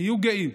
היו גאים,